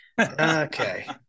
Okay